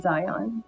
Zion